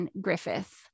Griffith